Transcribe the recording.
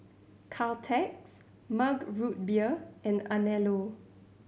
Caltex Mug Root Beer and Anello